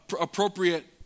appropriate